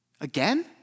Again